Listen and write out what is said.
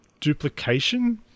duplication